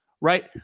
right